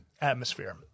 atmosphere